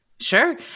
Sure